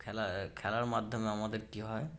খেলা খেলার মাধ্যমে আমাদের কী হয়